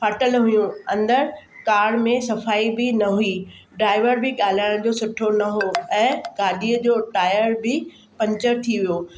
फाटल हुयूं अंदरि कार में सफ़ाई बि न हुई ड्राईवर बि ॻाल्हाइण जो सुठो न हुओ ऐं गाॾीअ जो टायर बि पंचर थी वियो